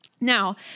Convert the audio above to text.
Now